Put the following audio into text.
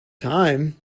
time